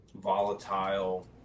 volatile